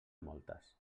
moltes